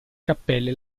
cappelle